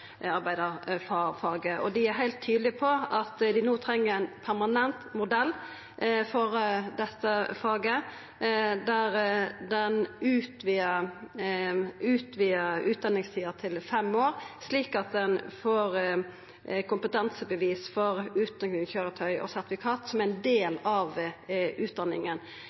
Dei er heilt tydelege på at ein no treng ein permanent modell for dette faget, der ein utvidar utdanningstida til fem år, slik at ein får kompetansebevis for utrykkingskøyretøy og sertifikat som ein del av utdanninga.